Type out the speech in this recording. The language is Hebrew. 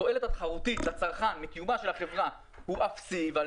התועלת התחרותית לצרכן מקיומה של החברה הוא אפסי ועל